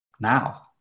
now